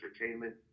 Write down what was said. entertainment